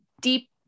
deep